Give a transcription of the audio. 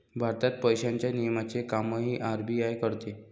भारतात पैशांच्या नियमनाचे कामही आर.बी.आय करते